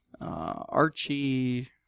Archie